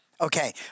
okay